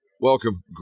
Welcome